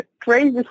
crazy